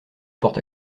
porte